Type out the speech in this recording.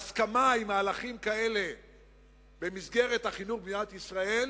ההסכמה למהלכים כאלה במסגרת החינוך במדינת ישראל